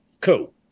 Cool